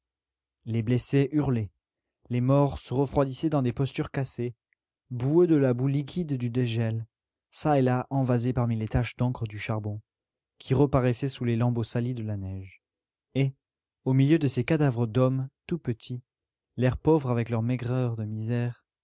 les blessés hurlaient les morts se refroidissaient dans des postures cassées boueux de la boue liquide du dégel ça et là envasés parmi les taches d'encre du charbon qui reparaissaient sous les lambeaux salis de la neige et au milieu de ces cadavres d'hommes tout petits l'air pauvre avec leur maigreur de misère